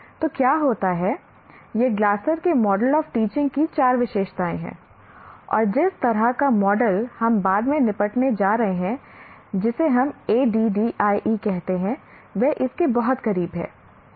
तो क्या होता है ये ग्लासर के मॉडल ऑफ टीचिंग की चार विशेषताएं हैं और जिस तरह का मॉडल हम बाद में निपटने जा रहे हैं जिसे हम ADDIE कहते हैं वह इसके बहुत करीब आता है